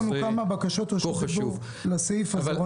יש לנו כמה בקשות רשות דיבור לנושא הזה.